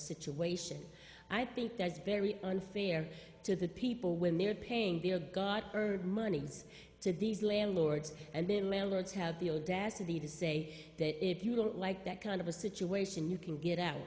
situation i think that's very unfair to the people when they're paying their god burd monies to these landlords and then landlords have the audacity to say that like that kind of a situation you can get out